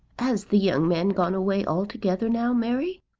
has the young man gone away altogether now, mary?